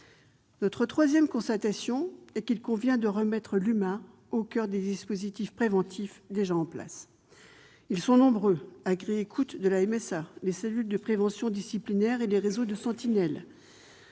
Notre troisième constatation, c'est qu'il convient de remettre l'humain au coeur des dispositifs préventifs déjà en place. Ils sont nombreux : Agri'écoute, de la mutualité sociale agricole, la MSA ; les cellules de prévention disciplinaires et les réseaux de sentinelles